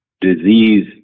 disease